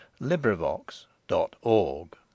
LibriVox.org